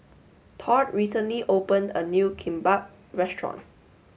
Todd recently opened a new Kimbap restaurant